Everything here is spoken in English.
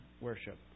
worship